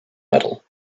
medal